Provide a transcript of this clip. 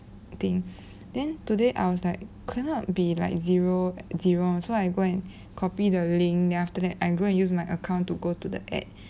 thing then today I was like cannot be like zero zero so I go and copy the link then after that I go and use my account to go to the ad